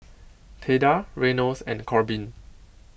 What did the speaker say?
Theda Reynolds and Korbin